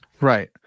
right